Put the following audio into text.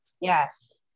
yes